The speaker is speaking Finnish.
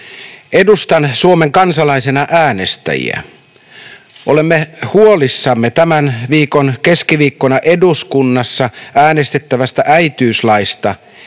”Edustan Suomen kansalaisena äänestäjiä. Olemme huolissamme tämän viikon keskiviikkona eduskunnassa äänestettävästä äitiyslaista,